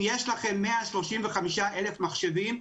אם יש לכם 135,000 מחשבים,